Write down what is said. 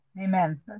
Amen